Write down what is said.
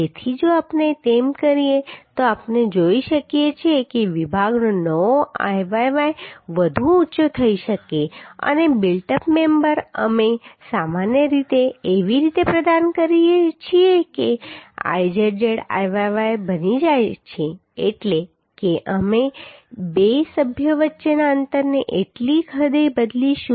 તેથી જો આપણે તેમ કરીએ તો આપણે જોઈ શકીએ છીએ કે વિભાગનો નવો Iyy વધુ ઊંચો થઈ જશે અને બિલ્ટ અપ મેમ્બર અમે સામાન્ય રીતે એવી રીતે પ્રદાન કરીએ છીએ કે Izz Iyy બની જાય છે એટલે કે અમે બે સભ્યો વચ્ચેના અંતરને એટલી હદે બદલીશું